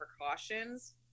precautions